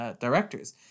directors